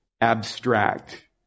abstract